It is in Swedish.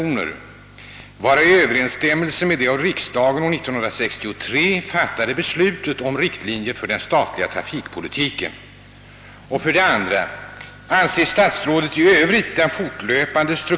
Vad man kan kalla bevisbördan synes därför ligga på den sida som av olika anledningar hittills motsatt sig att Sverige upprättar motsvarande förbindelser med Demokratiska folkre publiken Korea, Demokratiska republiken Vietnam och Tyska demokratiska republiken som vårt land har med andra stater.